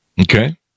Okay